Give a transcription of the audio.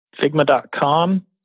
Figma.com